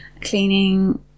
cleaning